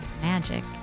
magic